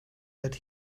that